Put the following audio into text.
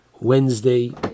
Wednesday